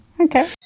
okay